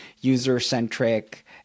user-centric